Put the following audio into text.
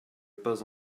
pas